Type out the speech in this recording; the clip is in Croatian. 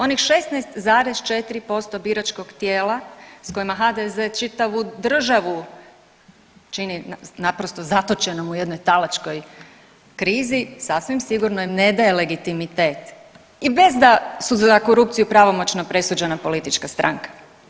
Onih 16,4% biračkog tijela s kojima HDZ čitavu državu čini naprosto zatočenom u jednoj talačkoj krizi sasvim sigurno im ne daje legitimitet i bez da su za korupciju pravomoćno presuđena politička stranka.